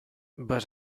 but